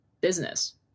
business